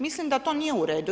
Mislim da to nije uredu.